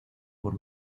por